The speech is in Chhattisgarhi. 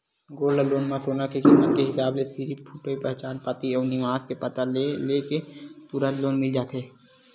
गोल्ड लोन म सोना के कीमत के हिसाब ले सिरिफ फोटूए पहचान पाती अउ निवास के पता ल ले के तुरते लोन मिल जाथे